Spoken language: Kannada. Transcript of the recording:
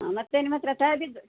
ಮತ್ತು ನಿಮ್ಮ ಹತ್ರ ಟಾಬಿದ್ದು